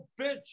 bitch